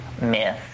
myth